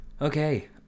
Okay